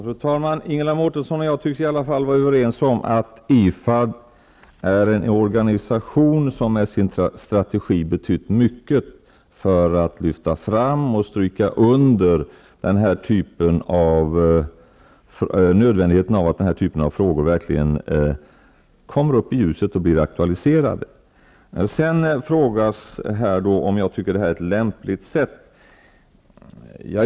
Fru talman! Ingela Mårtensson och jag tycks i alla fall vara överens om att IFAD är en organisation som med sin strategi betytt mycket för att lyfta fram och stryka under nödvändigheten av att denna typ av frågor verkligen kom mer fram i ljuset och blir aktualiserade. Jag blev tillfrågad om jag tycker att detta är ett lämpligt sätt.